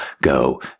Go